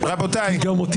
אתה לא מדייק במונחים,